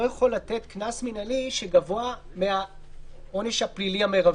יכול לתת קנס מינהלי שגבוה מהעונש הפלילי המרבי.